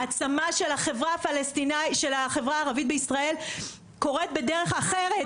העצמה של החברה הפלשתינאית של החברה הערבית בישראל קוראת בדרך אחרת,